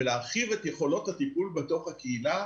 ולהרחיב את יכולות הטיפול בתוך הקהילה.